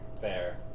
Fair